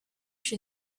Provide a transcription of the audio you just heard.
she